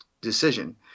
decision